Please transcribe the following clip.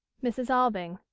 mrs. alving.